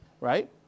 right